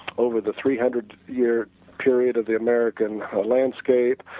over the three hundred year period of the american landscape,